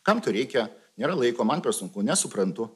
kam to reikia nėra laiko man per sunku nesuprantu